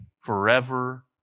forever